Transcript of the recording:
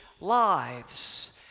lives